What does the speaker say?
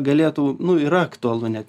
galėtų nu yra aktualu ne